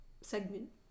segment